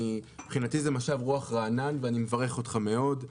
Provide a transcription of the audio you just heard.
מבחינתי זה משב רוח רענן, ואני מברך אותך מאוד.